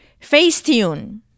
facetune